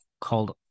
called